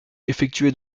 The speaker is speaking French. effectué